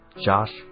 Josh